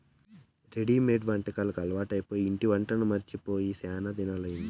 readymade వంటకాలు అలవాటై ఇంటి వంట మరచి పోయి శానా దినాలయ్యింది